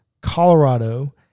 Colorado